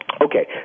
Okay